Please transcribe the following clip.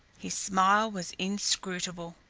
his smile was inscrutable.